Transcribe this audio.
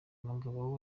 umugabo